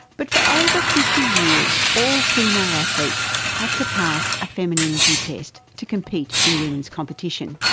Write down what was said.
but for over fifty years, all female athletes had to pass a femininity test to compete in women's competition.